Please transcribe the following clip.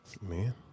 Man